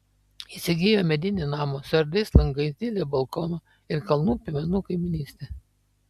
įsigijo medinį namą su erdviais langais dideliu balkonu ir kalnų piemenų kaimynyste